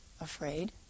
afraid